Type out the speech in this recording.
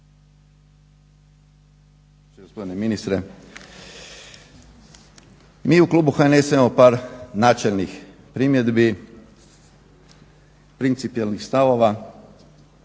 gospodine ministre. Mi u klubu HNS-a imamo par načelnih primjedbi, principijelnih stavova